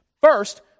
First